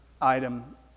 item